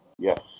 Yes